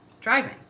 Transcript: driving